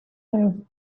have